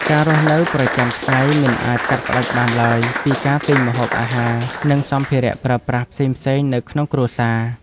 ការរស់នៅប្រចាំថ្ងៃមិនអាចកាត់ផ្តាច់បានឡើយពីការទិញម្ហូបអាហារនិងសម្ភារៈប្រើប្រាស់ផ្សេងៗនៅក្នុងគ្រួសារ។